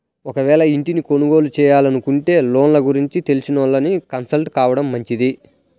ఒకవేళ ఇంటిని కొనుగోలు చేయాలనుకుంటే లోన్ల గురించి తెలిసినోళ్ళని కన్సల్ట్ కావడం మంచిది